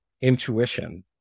intuition